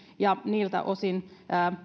ja niiltä osin